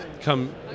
come